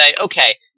okay